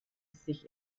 sich